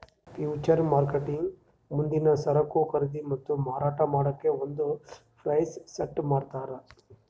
future ಮಾರ್ಕೆಟ್ದಾಗ್ ಮುಂದಿನ್ ಸರಕು ಖರೀದಿ ಮತ್ತ್ ಮಾರಾಟ್ ಮಾಡಕ್ಕ್ ಒಂದ್ ಪ್ರೈಸ್ ಸೆಟ್ ಮಾಡ್ತರ್